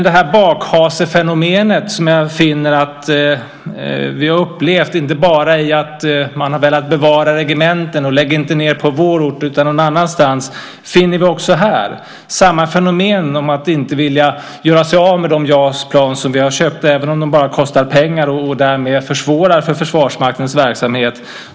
Det här bakhasefenomenet som vi bara upplevt genom att man har velat bevara regementen och sagt "lägg inte ned på vår ort utan någon annanstans", finner vi också här. Det är samma fenomen när man inte vill göra sig av med de JAS-plan som vi har köpt även om de bara kostar pengar och därmed försvårar för Försvarsmaktens verksamhet.